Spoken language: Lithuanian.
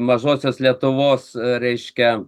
mažosios lietuvos reiškia